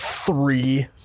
Three